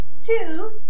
two